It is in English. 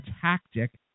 tactic